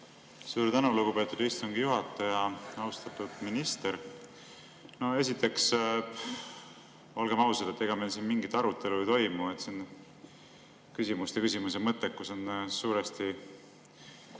Suur tänu, lugupeetud istungi juhataja! Austatud minister! Esiteks, olgem ausad, ega meil siin mingit arutelu ei toimu. Küsimuste küsimise mõttekus on suuresti